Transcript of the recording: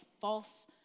false